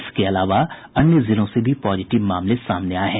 इसके अलावा अन्य जिलों से भी पॉजिटिव मामले सामने आये हैं